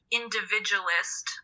individualist